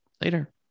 Later